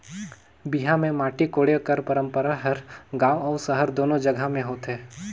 बिहा मे माटी कोड़े कर पंरपरा हर गाँव अउ सहर दूनो जगहा मे होथे